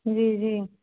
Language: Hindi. जी जी